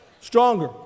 stronger